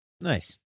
Nice